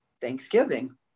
Thanksgiving